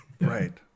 right